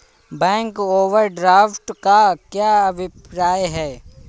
Bank overdraft का क्या अभिप्राय है?